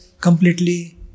completely